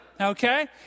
okay